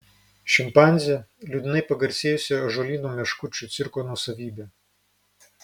šimpanzė liūdnai pagarsėjusio ąžuolyno meškučių cirko nuosavybė